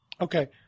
Okay